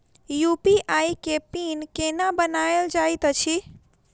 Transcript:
UPI केँ PIN केना बनायल जाइत अछि